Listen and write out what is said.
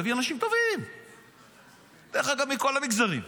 להביא אנשים טובים מכל המגזרים,